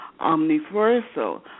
omniversal